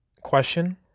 question